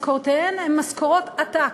שמשכורותיהם הן משכורות עתק.